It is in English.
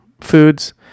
foods